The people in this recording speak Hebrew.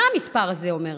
מה המספר הזה אומר לנו?